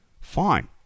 Fine